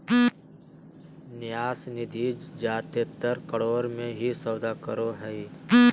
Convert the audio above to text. न्यास निधि जादेतर करोड़ मे ही सौदा करो हय